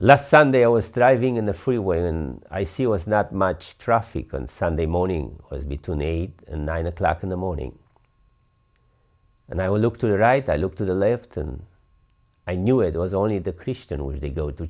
last sunday i was driving in the freeway and i see was not much traffic on sunday morning between eight and nine o'clock in the morning and i would look to the right i look to the left and i knew it was only the christian way to go to